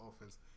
offense